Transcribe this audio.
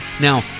Now